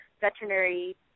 veterinary